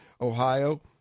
Ohio